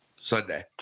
Sunday